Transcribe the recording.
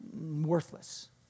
worthless